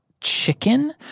chicken